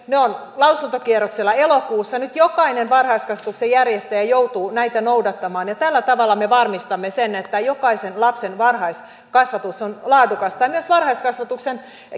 ne ovat lausuntokierroksella elokuussa nyt jokainen varhaiskasvatuksen järjestäjä joutuu näitä noudattamaan tällä tavalla me varmistamme sen että jokaisen lapsen varhaiskasvatus on laadukasta myös varhaiskasvatuksen